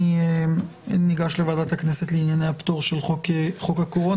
אני ניגש לוועדת הכנסת לענייני הפטור של חוק הקורונה.